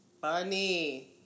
funny